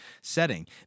setting